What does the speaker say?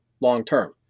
long-term